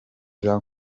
jean